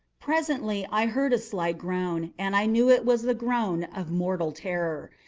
presently i heard a slight groan, and i knew it was the groan of mortal terror.